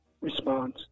response